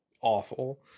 awful